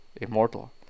immortal